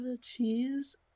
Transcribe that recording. cheese